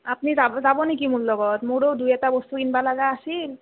আপনি যাব যাব নেকি মোৰ লগত মোৰো দুই এটা বস্তু কিনবা লাগা আছিল